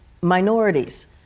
minorities